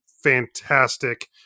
fantastic